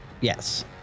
Yes